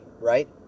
Right